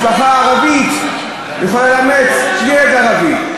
משפחה ערבית יכולה לאמץ ילד ערבי.